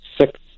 six